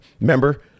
Remember